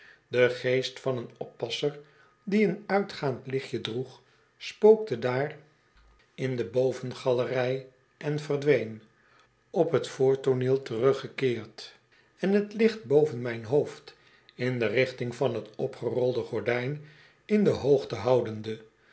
de geest van een oppasser die een uitgaand lichtje droeg spookte daar in de bovengalerij en verdween op t voortooneel teruggekeerd en t licht boven mijn hoofd in de richting van t opgerolde gordijn in de hoogte houdende